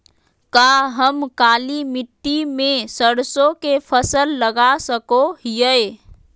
का हम काली मिट्टी में सरसों के फसल लगा सको हीयय?